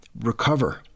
recover